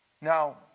Now